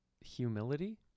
humility